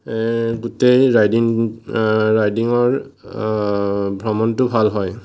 গোটেই ৰাইডিং ৰাইডিঙৰ ভ্ৰমণটো ভাল হয়